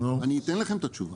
אני אתן לכם את התשובה.